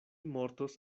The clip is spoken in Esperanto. mortos